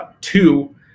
two